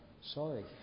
Sorry